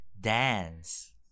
Dance